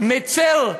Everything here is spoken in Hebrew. זה מצר,